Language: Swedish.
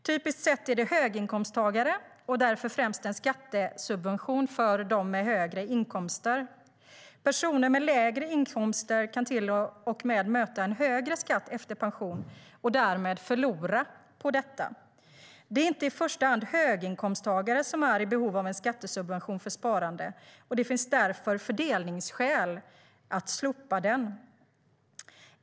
Typiskt sett är det höginkomsttagare, och det är därför främst en skattesubvention för dem med högre inkomster. Personer med lägre inkomster kan till och med möta en högre skatt efter pension och därmed förlora på detta. Det är inte i första hand höginkomsttagare som är i behov av en skattesubvention för sparande, och det finns därför fördelningsskäl att slopa den.